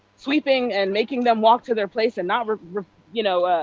sweeping and making them walk to their place, and not you know